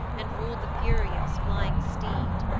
and rul'd the fury of his flying steed.